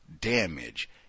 damage